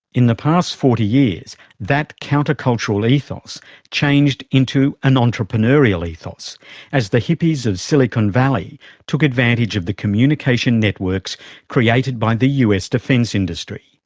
in the past forty years that countercultural ethos changed into an entrepreneurial ethos as the hippies of silicon valley took advantage of the communication networks created by the us defence industry.